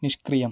निष्क्रियम्